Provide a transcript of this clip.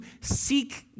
seek